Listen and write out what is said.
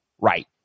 right